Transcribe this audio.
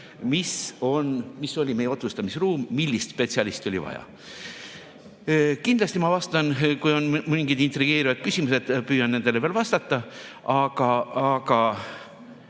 mis oli meie otsustamisruum, millist spetsialisti oli vaja. Kindlasti, kui on mingeid intrigeerivaid küsimusi, püüan nendele vastata. Aga